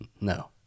No